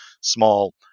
small